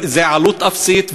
זו עלות אפסית,